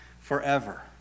forever